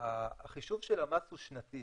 שהחישוב של המס הוא שנתי,